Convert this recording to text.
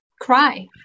cry